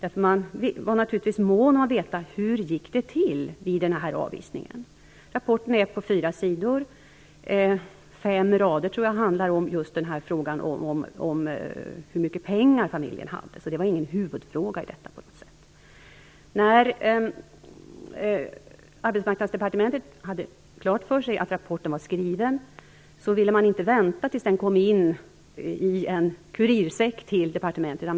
Man var naturligtvis mån om att veta hur det gick till vid den här avvisningen. Rapporten är på fyra sidor. Fem rader, tror jag, handlar just om hur mycket pengar familjen hade. Det var alltså inte på något sätt en huvudfråga här. Då Arbetsmarknadsdepartementet hade klart för sig att rapporten var skriven ville man inte vänta tills den i en kurirsäck kom till departementet.